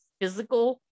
physical